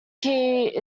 key